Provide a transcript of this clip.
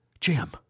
Jim